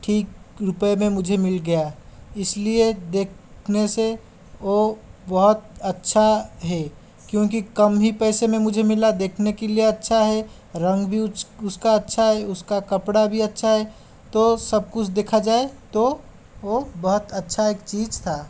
ठीक रूपए में मुझे मिल गया इसलिए देखने से ओ बहुत अच्छा है क्योंकि कम ही पैसे में मुझे मिला देखने के लिए अच्छा रंग भी उसका अच्छा है उसका कपड़ा भी अच्छा है तो सब कुछ देखा जाय तो वो बहुत अच्छा है एक चीज़ था